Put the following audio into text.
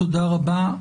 תודה רבה.